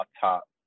top